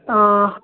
ओ